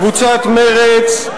קבוצת מרצ,